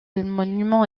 monument